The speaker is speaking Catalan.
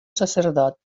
sacerdot